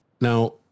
Now